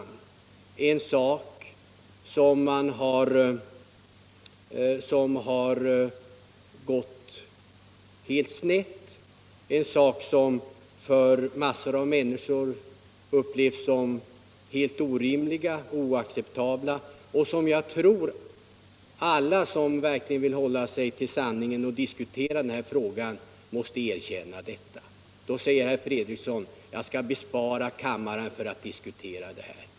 Man vill icke diskutera en sak som har gått snett och icke erkänna att många människor upplever situationen som orimlig och oacceptabel. Herr Fredriksson vill bespara kammaren att diskutera detta.